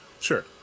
Sure